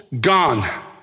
gone